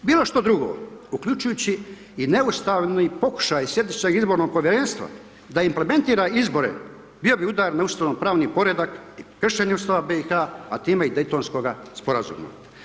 Bilo šta drugo, uključujući i neustavni pokušaj Središnjeg izbornog povjerenstva da implementira izbore, bio bi udar na ustavno-pravni poredak kršenju Ustava BiH-a a time i Daytonskoga sporazuma.